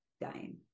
dying